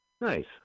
Nice